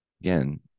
Again